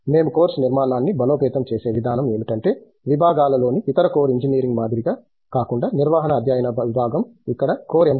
మేము కోర్సు నిర్మాణాన్ని బలోపేతం చేసే విధానం ఏమిటంటే విభాగాలలోని ఇతర కోర్ ఇంజనీరింగ్ మాదిరిగా కాకుండా నిర్వహణ అధ్యయన విభాగంలో ఇక్కడ కోర్ M